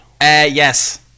Yes